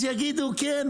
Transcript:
אז יגידו: כן,